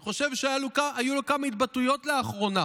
אני חושב שהיו לו כמה התבטאויות לאחרונה.